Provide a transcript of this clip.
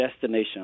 destination